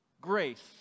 grace